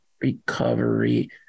recovery